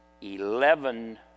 Eleven